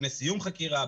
לפני סיום חקירה,